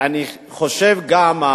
אני חושב גם,